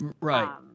Right